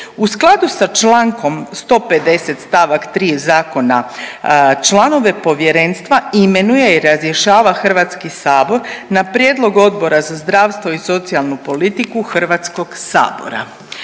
U skladu sa Člankom 150. stavak 3. zakona članove povjerenstva imenuje i razrješava Hrvatski sabor na prijedlog Odbora za zdravstvo i socijalnu politiku Hrvatskog sabora.